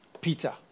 Peter